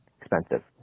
expensive